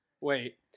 wait